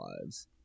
lives